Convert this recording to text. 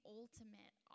ultimate